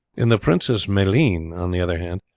in the princess maleine, on the other hand,